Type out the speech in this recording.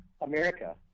America